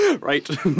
Right